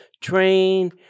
train